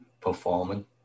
performing